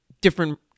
different